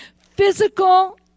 physical